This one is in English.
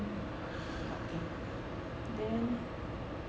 um okay then